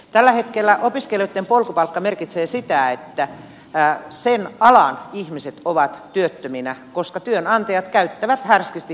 tällä hetkellä opiskelijoitten polkupalkka merkitsee sitä että sen alan ihmiset ovat työttöminä koska työnantajat käyttävät härskisti hyväksi opiskelijoita